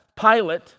Pilate